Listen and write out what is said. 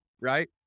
right